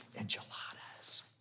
enchiladas